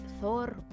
Thor